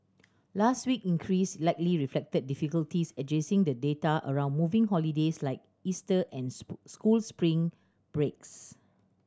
last week increase likely reflected difficulties adjusting the data around moving holidays like Easter and school spring breaks